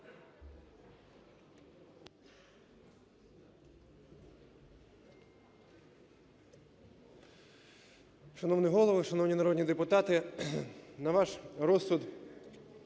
Шановний Голово! Шановні народні депутати! На ваш розсуд